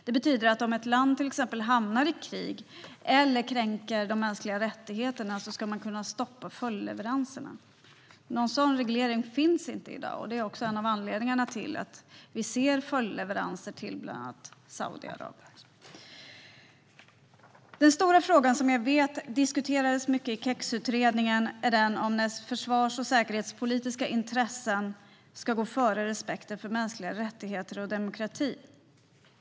Det betyder att om ett land hamnar i krig eller kränker de mänskliga rättigheterna ska man kunna stoppa följdleveranserna. Någon sådan reglering finns inte i dag, och det är också en av anledningarna till att vi ser följdleveranser till bland andra Saudiarabien. Den stora fråga som jag vet diskuterades mycket i KEX-utredningen är den om huruvida försvars och säkerhetspolitiska intressen ska gå före respekten för mänskliga rättigheter och demokrati.